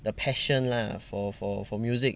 the passion lah for for for music